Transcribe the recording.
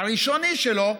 הראשוני שלו,